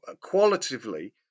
qualitatively